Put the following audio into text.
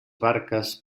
barques